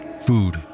food